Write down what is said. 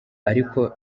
ariko